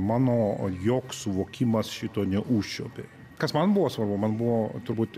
mano joks suvokimas šito neužčiuopė kas man buvo svarbu man buvo turbūt